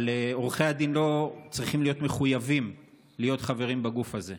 אבל עורכי הדין לא צריכים להיות מחויבים להיות חברים בגוף הזה.